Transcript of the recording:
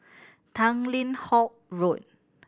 Tanglin Halt Road